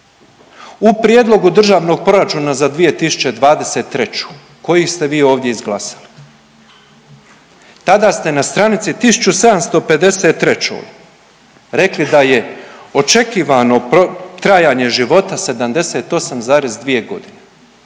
U prijedlogu Državnog proračuna za 2023. koji ste vi ovdje izglasali tada ste na stranici 1753 rekli da je očekivano trajanje života 78,2 godine.